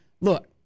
look